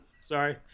Sorry